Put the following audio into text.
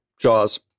Jaws